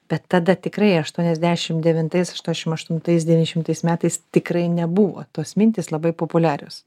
bet tada tikrai aštuoniasdešim devintais aštuoniasdešim aštuntais devyniasdešimtais metais tikrai nebuvo tos mintys labai populiarios